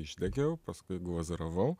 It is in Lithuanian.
išdegiau paskui glazūravau